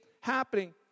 happening